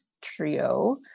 trio